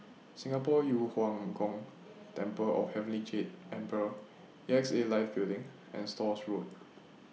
Singapore Yu Huang Gong Temple of Heavenly Jade Emperor A X A Life Building and Stores Road